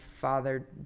father